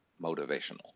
motivational